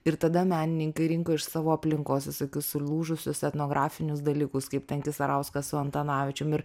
ir tada menininkai rinko iš savo aplinkos visokius sulūžusius etnografinius dalykus kaip zarauskas su antanavičiumi ir